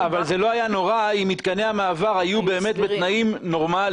--- אבל זה לא היה נורא אם מתקני המעבר היו בתנאים נורמליים.